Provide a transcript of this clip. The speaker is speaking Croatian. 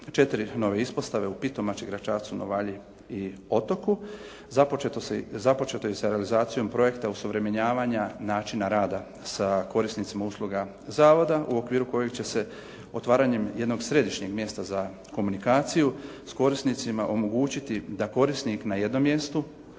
četiri nove ispostave, u Pitomači, Gračacu, Novalji i Otoku, započeto je i sa realizacijom projekta osuvremenjivanja načina rada sa korisnicima usluga zavoda u okviru kojeg će se otvaranjem jednog središnjeg mjesta za komunikaciju sa korisnicima omogućiti da korisnik na jednom mjestu